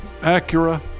Acura